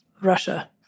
Russia